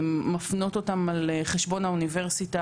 אנחנו מפנות אותם על חשבון האוניברסיטה